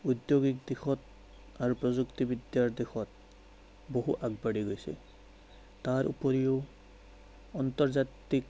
ঔদ্যোগিক দিশত আৰু প্ৰযুক্তিবিদ্যাৰ দিশত বহু আগবাঢ়ি গৈছে তাৰ উপৰিও আন্তৰ্জাতিক